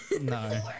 No